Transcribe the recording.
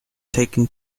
taken